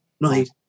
Night